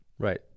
Right